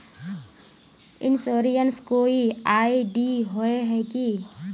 Insurance कोई ID होय है की?